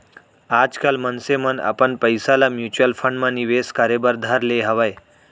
आजकल मनसे मन अपन पइसा ल म्युचुअल फंड म निवेस करे बर धर ले हवय